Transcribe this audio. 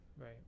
right